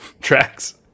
tracks